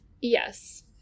Yes